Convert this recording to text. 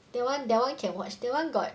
that one that one can watch that one got